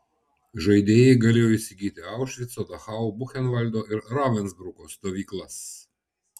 žaidėjai galėjo įsigyti aušvico dachau buchenvaldo ir ravensbruko stovyklas